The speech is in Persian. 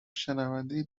شنونده